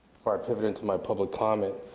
into but into my public comment,